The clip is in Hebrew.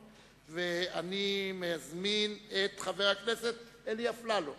ואני מזמין את חבר הכנסת אלי אפללו